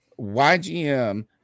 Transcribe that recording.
YGM